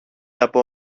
από